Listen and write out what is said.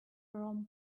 rum